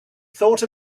thought